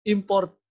Import